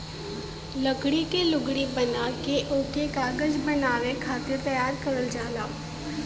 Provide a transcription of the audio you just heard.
लकड़ी के लुगदी बना के ओके कागज बनावे खातिर तैयार करल जाला